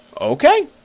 Okay